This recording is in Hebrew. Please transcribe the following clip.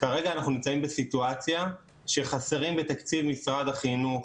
כרגע אנחנו נמצאים בסיטואציה שחסרים בתקציב משרד החינוך